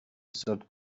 thought